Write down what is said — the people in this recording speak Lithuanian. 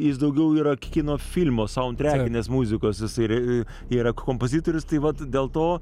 jis daugiau yra kino filmo saudtrekinės muzikos jisai yra kompozitorius tai vat dėl to